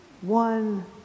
one